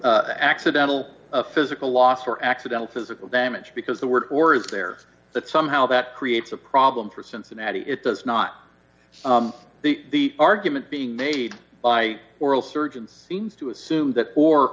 accidental physical loss or accidental physical damage because the word or is there that somehow that creates a problem for cincinnati it does not the argument being made by oral surgeon seems to assume that